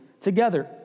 together